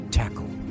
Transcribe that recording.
tackle